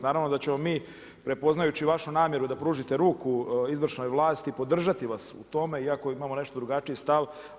Naravno da ćemo mi prepoznajući vašu namjeru da pružite ruku izvršnoj vlasti podržati vas u tome, iako imamo nešto drugačiji stav.